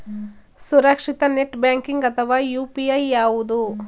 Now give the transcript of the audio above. ಸುರಕ್ಷಿತ net banking ಅಥವಾ UPI ಯಾವುದು?